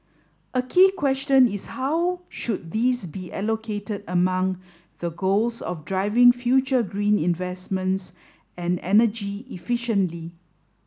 a key question is how should these be allocated among the goals of driving further green investments and energy efficiency